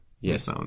Yes